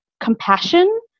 compassion